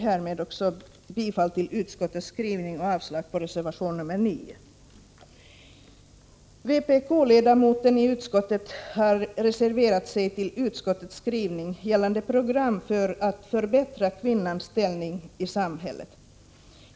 Härmed yrkar jag bifall till utskottets hemställan och avslag på reservation §; Vpk-ledamoten i utskottet har reserverat sig mot utskottets skrivning, gällande program för att förbättra kvinnans ställning i samhället.